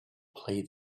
play